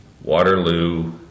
Waterloo